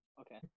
okay